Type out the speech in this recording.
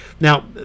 Now